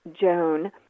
Joan